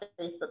Facebook